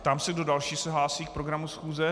Ptám se, kdo další se hlásí k programu schůze.